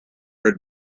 her